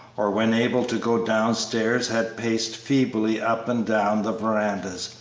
or when able to go downstairs had paced feebly up and down the verandas,